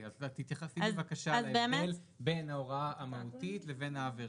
אז תתייחסי בבקשה להבדל בין ההוראה המהותית לבין העבירה.